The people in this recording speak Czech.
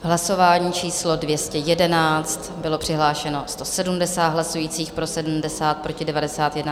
Hlasování číslo 211, přihlášeno 170 hlasujících, pro 70, proti 91.